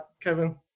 Kevin